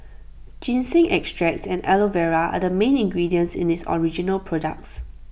ginseng extracts and Aloe Vera are the main ingredients in its original products